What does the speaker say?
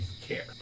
care